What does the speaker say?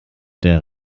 der